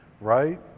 right